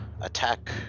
attack